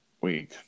week